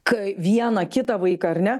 kai vieną kitą vaiką ar ne